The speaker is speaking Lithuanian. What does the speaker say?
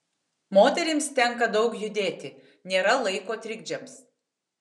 moterims tenka daug judėti nėra laiko trikdžiams